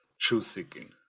truth-seeking